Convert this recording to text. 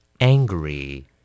angry